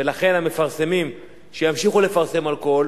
ולכן המפרסמים שימשיכו לפרסם אלכוהול